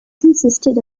consisted